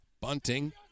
Bunting